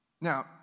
Now